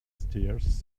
stairs